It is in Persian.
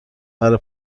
برا